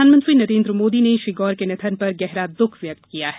प्रधानमंत्री नरेन्द्र मोदी ने श्री गौर के निधन पर गहरा दुःख व्यक्त किया है